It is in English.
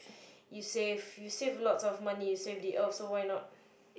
you save you save lots of money you save the earth so why not